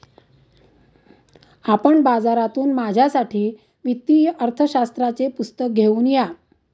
आपण बाजारातून माझ्यासाठी वित्तीय अर्थशास्त्राचे पुस्तक घेऊन या